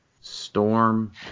Storm